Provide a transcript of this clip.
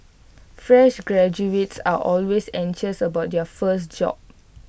fresh graduates are always anxious about their first job